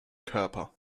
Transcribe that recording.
körper